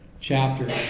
chapter